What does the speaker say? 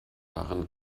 waren